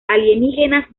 alienígenas